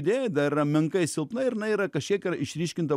idėja dar yra menkai silpna ir na yra kažkiek yra išryškinta